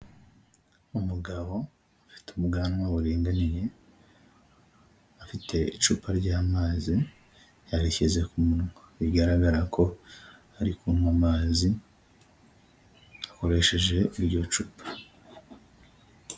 Umugabo ufite ubwanwa buringaniye afite icupa ry'amazi yarishyize ku munwa, bigaragara ko ari kunkwa amazi akoresheje iryo cupa.